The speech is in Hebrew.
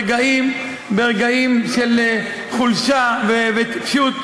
ברגעים של חולשה וטיפשות,